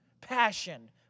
Passion